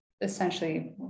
Essentially